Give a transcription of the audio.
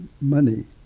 money